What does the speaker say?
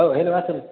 औ हेल्ल' आसोल